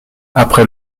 après